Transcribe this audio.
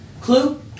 Clue